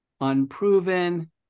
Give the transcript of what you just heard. unproven